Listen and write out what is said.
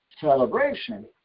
celebration